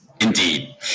Indeed